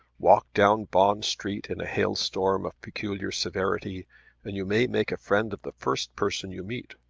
walk down bond street in a hailstorm of peculiar severity and you may make a friend of the first person you meet,